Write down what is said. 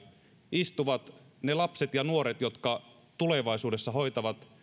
istuvat ne lapset ja nuoret jotka tulevaisuudessa hoitavat